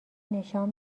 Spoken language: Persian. نشان